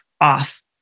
off